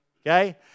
okay